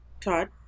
Todd